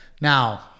now